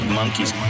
monkeys